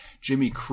Jimmy